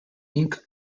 ink